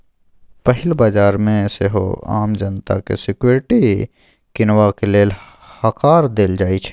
पहिल बजार मे सेहो आम जनता केँ सिक्युरिटी कीनबाक लेल हकार देल जाइ छै